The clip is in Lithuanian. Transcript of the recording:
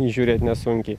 įžiūrėt nesunkiai